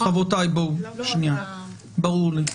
ברור לי.